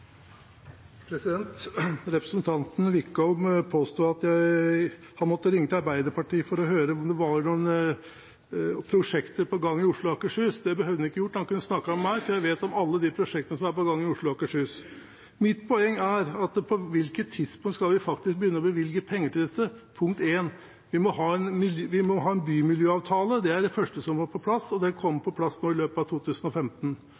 Representanten Wickholm påsto at han har måttet ringe til Arbeiderpartiet for å høre om det var noen prosjekter på gang i Oslo og Akershus. Det behøvde han ikke ha gjort, han kunne ha snakket med meg, for jeg vet om alle de prosjektene som er på gang i Oslo og Akershus. Mitt poeng er: På hvilket tidspunkt skal vi faktisk begynne å bevilge penger til dette? Punkt 1: Vi må ha en bymiljøavtale. Det er det første som må på plass, og den kommer på plass nå i løpet av 2015.